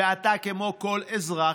ואתה, כמו כל אזרח,